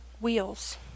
wheels